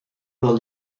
will